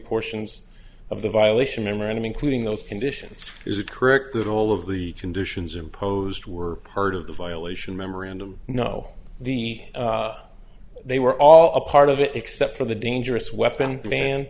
portions of the violation memorandum including those conditions is it correct that all of the conditions imposed were part of the violation memorandum no the they were all a part of it except for the dangerous weapon ban